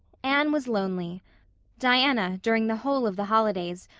anne was lonely diana, during the whole of the holidays,